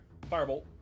Firebolt